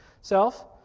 self